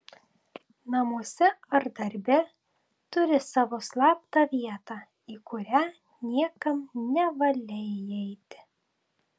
namuose ar darbe turi savo slaptą vietą į kurią niekam nevalia įeiti